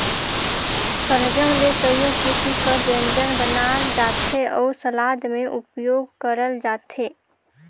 सलजम ले कइयो किसिम कर ब्यंजन बनाल जाथे अउ सलाद में उपियोग करल जाथे